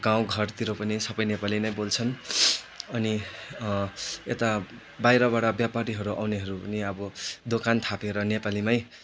गाउँ घरतिर पनि सबै नेपाली नै बोल्छन् अनि यता बाहिरबाट व्यापारीहरू आउनेहरू पनि अब दोकान थापेर नेपालीमै